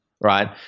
right